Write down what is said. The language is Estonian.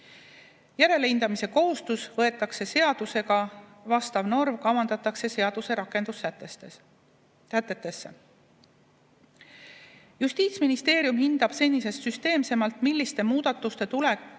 Järelhindamiskohustus võetakse seadusega, vastav norm kavandatakse seaduse rakendussätetesse. Justiitsministeerium hindab senisest süsteemsemalt, milliste muudatuste puhul